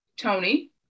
Tony